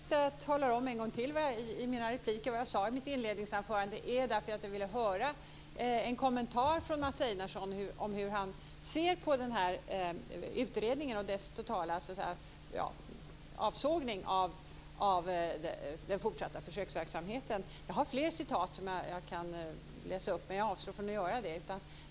Fru talman! Skälet till att jag i mina repliker talar om en gång till vad jag sade i mitt inledningsanförande är att jag vill höra en kommentar från Mats Einarsson om hur han ser på den här utredningen och dess totala avsågning av den fortsatta försöksverksamheten. Jag har fler citat som jag skulle kunna läsa upp, men jag avstår från att göra det.